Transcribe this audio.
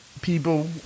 people